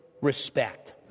respect